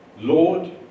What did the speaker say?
Lord